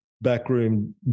backroom